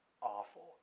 awful